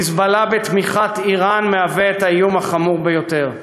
"חיזבאללה" בתמיכת איראן מהווה את האיום החמור ביותר.